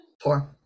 Four